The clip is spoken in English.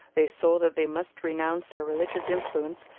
they saw that they must renounce their religious influence,